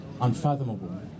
unfathomable